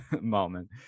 moment